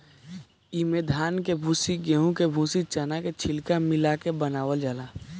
इमे धान के भूसी, गेंहू के भूसी, चना के छिलका मिला ले बनावल जाला